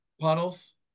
Puddles